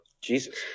Jesus